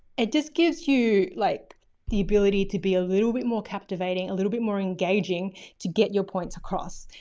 it just gives you like the ability to be a little bit more captivating, a little bit more engaging to get your points across.